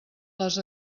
les